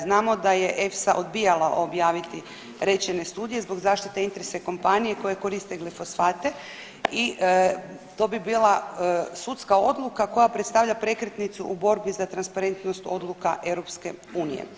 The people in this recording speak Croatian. Znamo da je EFSA odbijala objaviti rečene studije zbog zaštite interesa kompanije koje koriste glifosfate i to bi bila sudska odluka koja predstavlja prekretnicu u borbi za transparentnost odluka EU.